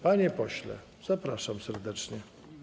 Panie pośle, zapraszam serdecznie.